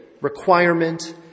requirement